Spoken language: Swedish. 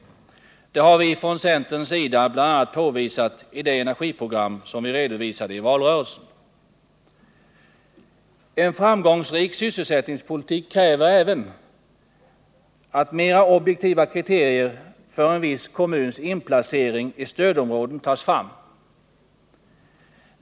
Det har vi från centerns sida bl.a. påvisat i det energiprogram som vi redovisade i valrörelsen. En framgångsrik sysselsättningspolitik kräver även att mera objektiva kriterier för en viss kommuns inplacering i stödområde tas fram.